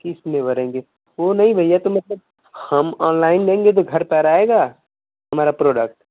किसमें भरेंगे वो नहीं भैया तो मतलब हम अनलाइन लेंगे तो घर पर आयेगा हमारा प्रोडक्ट